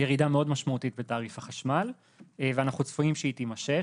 ירידה מאוד משמעותית בתעריף החשמל ואנחנו צפויים שהיא תימשך.